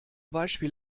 beispiel